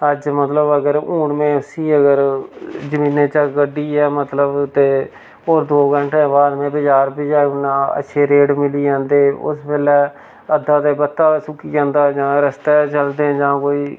अज्ज मतलब अगर हून में उस्सी अगर जमीनै चा कड्डियै मतलब ते होर दो घैन्टें बाद में बजार पजाई ओड़ना अच्छे रेट मिली जंदे उस बेल्लै अद्धा ते बत्ता सुक्की जंदा जां रस्ते चलदे जां कोई